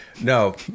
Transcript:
No